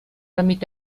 damit